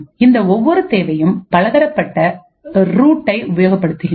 இந்த ஒவ்வொரு சேவையும் பலதரப்பட்ட ரூட்டை உபயோகப் படுத்துகின்றது